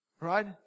right